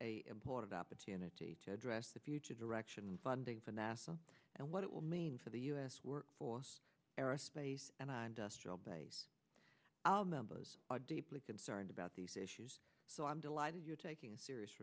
a important opportunity to address the future direction funding for nasa and what it will mean for the u s workforce aerospace and i'm just all base our members are deeply concerned about these issues so i'm delighted you're taking a serious